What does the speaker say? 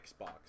Xbox